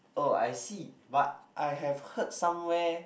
oh I see but I have heard somewhere